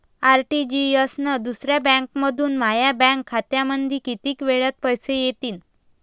RTGS न दुसऱ्या बँकेमंधून माया बँक खात्यामंधी कितीक वेळातं पैसे येतीनं?